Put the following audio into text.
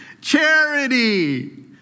Charity